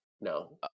No